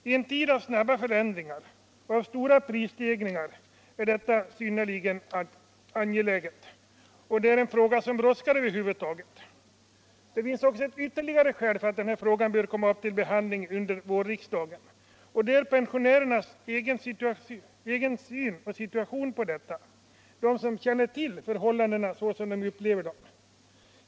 I en tid av snabba förändringar och stora prisstegringar är detta synnerligen angeläget — och det är också en fråga som brådskar. Det finns ytterligare ett skäl för att denna fråga bör tas upp till behandling under vårriksdagen, och det är pensionärernas egen syn på sin situation, hur de upplever de förhållanden som de väl känner till.